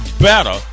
better